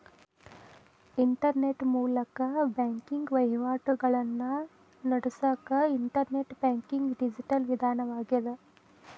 internet ಮೂಲಕ banking ವಹಿವಾಟಿಗಳನ್ನ ನಡಸಕ ಇಂಟರ್ನೆಟ್ ಬ್ಯಾಂಕಿಂಗ್ ಡಿಜಿಟಲ್ ವಿಧಾನವಾಗ್ಯದ